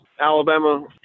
Alabama